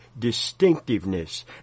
distinctiveness